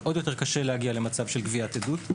שעוד יותר קשה להגיע למצב של גביית עדות,